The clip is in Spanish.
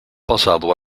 pasado